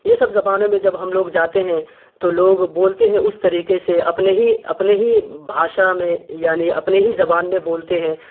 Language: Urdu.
یہ سب زبانوں میں جب ہم لوگ جاتے ہیں تو لوگ بولتے ہیں اس طریقے سے اپنے ہی اپنے ہی بھاشا میں یعنی اپنے ہی زبان میں بولتے ہیں